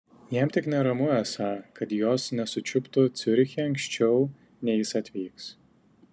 jam tik neramu esą kad jos nesučiuptų ciuriche anksčiau nei jis atvyks